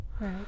right